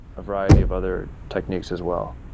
a variety of other techniques as well.